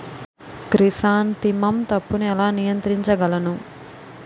Chrysanthemum తప్పును ఎలా నియంత్రించగలను?